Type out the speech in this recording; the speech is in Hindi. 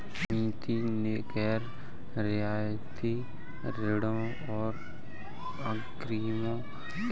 समिति ने गैर रियायती ऋणों और अग्रिमों के लिए किसी भी उच्चतम दर का भी विरोध किया